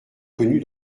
connu